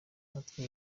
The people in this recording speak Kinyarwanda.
natwe